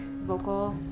vocal